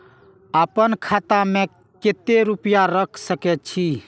आपन खाता में केते रूपया रख सके छी?